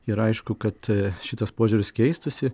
ir aišku kad šitas požiūris keistųsi